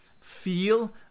feel